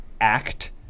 act